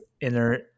inner